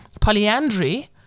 Polyandry